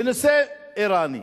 הפלסטיני, לנושא האירני.